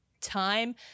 time